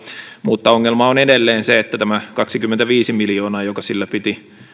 mutta ongelma on edelleen se että tämä kaksikymmentäviisi miljoonaa joka sillä piti